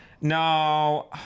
no